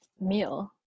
meal